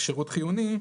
שירות חיוני,